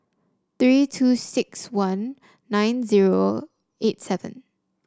three two six one nine zero eight seven